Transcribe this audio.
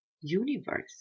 universe